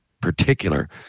particular